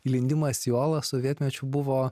lindimas į olą sovietmečiu buvo